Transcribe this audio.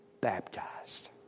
baptized